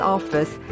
Office